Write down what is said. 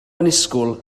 annisgwyl